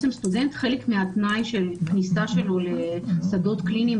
חלק מהתנאי של כניסה של סטודנט לשדות קליניים